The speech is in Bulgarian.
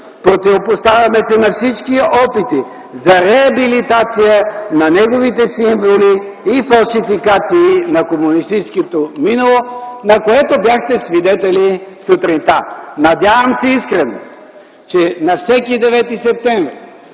Противопоставяме се на всички опити за реабилитация на неговите символи и фалшификации на комунистическото минало”, на което бяхте свидетели сутринта. Надявам се искрено, че на всеки Девети септември